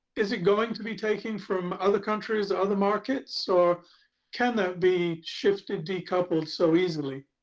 is it going to be taken from other countries, other markets? or can they be shifted, decoupled so easily?